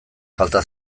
falta